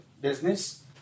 business